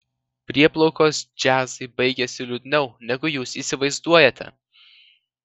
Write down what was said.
prieplaukos džiazai baigiasi liūdniau negu jūs įsivaizduojate